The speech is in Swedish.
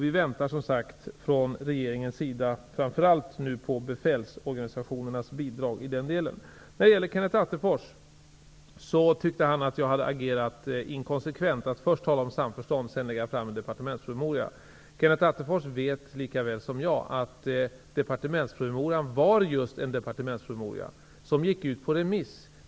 Vi väntar som sagt från regeringens sida nu framför allt på befälsorganisationernas bidrag i denna del. Kenneth Attefors tyckte att jag hade agerat inkonsekvent genom att först tala om samförstånd och sedan lägga fram en departementspromemoria. Kenneth Attefors vet lika väl som jag att departementspromemorian var just en departementspromemoria som gick ut på remiss.